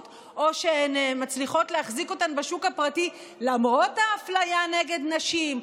או שהן מצליחות להחזיק אותן בשוק הפרטי למרות האפליה נגד נשים,